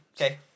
Okay